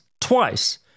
twice